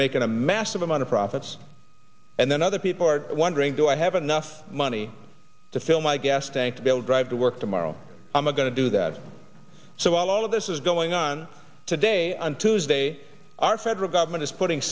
making a massive amount of profits and then other people are wondering do i have enough money to fill my gas tank to be able drive to work tomorrow i'm a going to do that so all of this is going on today on tuesday our federal government is putting